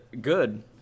good